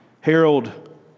Harold